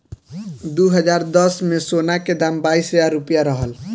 दू हज़ार दस में, सोना के दाम बाईस हजार रुपिया रहल